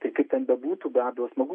tai kaip ten bebūtų be abejo smagu